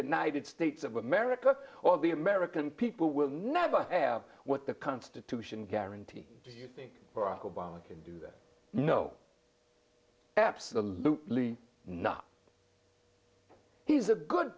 united states of america or the american people will never have what the constitution guarantees do you think barack obama can do that no absolutely not he's a good